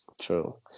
True